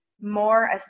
more